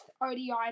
ODI